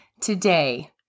today